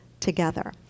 together